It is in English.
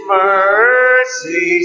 mercy